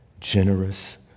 generous